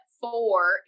four